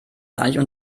eigentlich